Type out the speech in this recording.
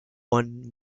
one